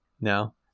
No